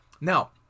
Now